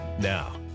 Now